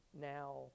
now